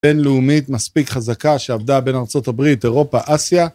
בינלאומית מספיק חזקה שעבדה בין ארצות הברית, אירופה, אסיה.